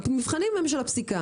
המבחנים הם של הפסיקה.